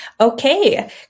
Okay